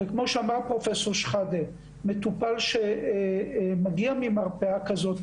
כמו שאמר פרופ' שחאדה: מטופל שמגיע ממרפאה כזאת,